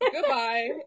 goodbye